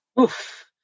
Oof